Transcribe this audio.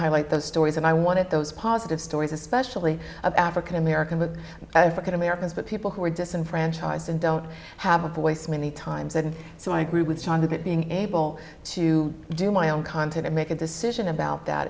highlight those stories and i wanted those positive stories especially of african american but if i could americans but people who are disenfranchised and don't have a voice many times and so i agree with john about being able to do my own content and make a decision about that